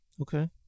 Okay